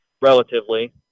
relatively